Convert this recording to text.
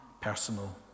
personal